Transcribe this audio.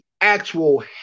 actual